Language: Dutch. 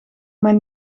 mijn